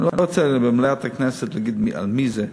אני לא רוצה במליאת הכנסת להגיד מי זה,